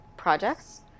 Projects